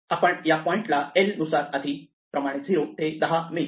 आपण या पॉइंटला प्रिंट l नुसार आधी प्रमाणे 0 ते 10 मिळतील